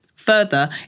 further